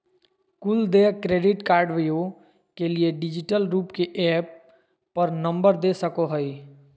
कुल देय क्रेडिट कार्डव्यू के लिए डिजिटल रूप के ऐप पर नंबर दे सको हइ